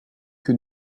que